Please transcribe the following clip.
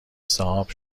صاحب